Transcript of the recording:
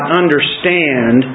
understand